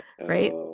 Right